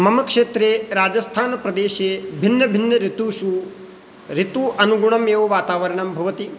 मम क्षेत्रे राजस्थानप्रदेशे भिन्नभिन्न ऋतुषु ऋतु अनुगुणमेव वातावरणं भवति